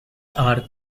are